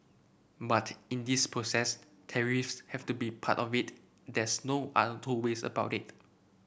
but in this process tariffs have to be part of it there's no other two ways about it